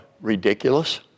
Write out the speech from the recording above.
ridiculous